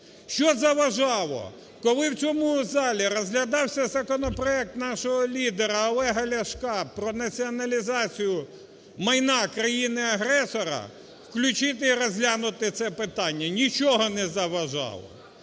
Що заважало, коли в цьому залі розглядався законопроект нашого лідера Олега Ляшка про націоналізацію майна країни-агресора, включити і розглянути це питання? Нічого не заважало.